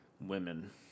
women